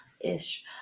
ish